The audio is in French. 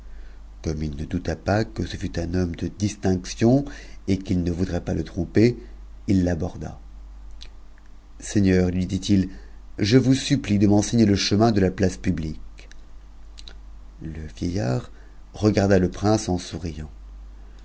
comme il ne douta pas que ce ne fût un homme de distinction et qu'il ne voudrait pas le tromper il l'aborda seigneur lui dit-il je vous supplie de m'enseigner le chemin de la place publique a le vieillard regarda le prince en souriant